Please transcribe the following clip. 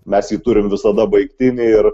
mes jį turim visada baigtinį ir